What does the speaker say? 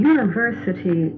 University